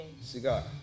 Cigar